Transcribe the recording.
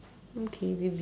okay maybe